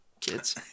kids